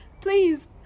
Please